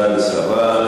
בעד, 10,